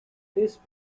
this